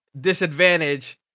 disadvantage